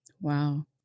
Wow